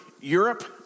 Europe